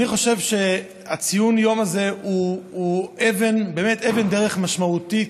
אני חושב שציון היום הזה הוא באמת אבן דרך משמעותית,